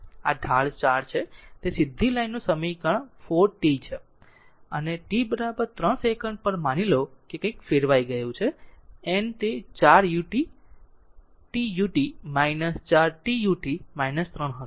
આ ઢાળ 4 છે તે સીધી લાઇનનું 4 સમીકરણ 4 t છે અને t 3 સેકન્ડ પર માની લો કે કંઈક ફેરવાઈ ગયું છે n તે 4 t ut 4 t ut 3 હશે